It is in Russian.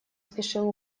спешил